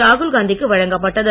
ராகுல்காந்திக்கு வழங்கப்பட்டது